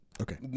Okay